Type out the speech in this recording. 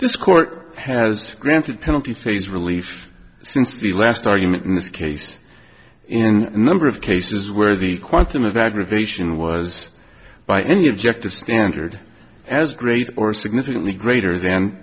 this court has granted penalty phase relief since the last argument in this case in a number of cases where the quantum of aggravation was by any objective standard as great or significantly greater than